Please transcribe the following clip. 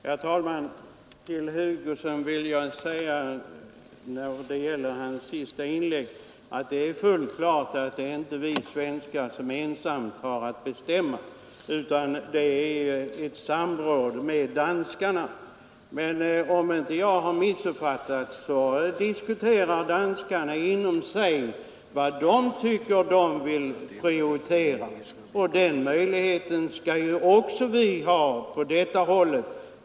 Herr talman! Med anledning av herr Hugossons senaste inlägg vill jag säga att det är fullt klart att vi svenskar inte ensamma har att bestämma; det förekommer här ett samråd med danskarna. Men om jag inte missuppfattat saken diskuterar danskarna inbördes vad de vill prioritera. Den möjligheten bör vi ju ha även på det här hållet.